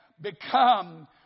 become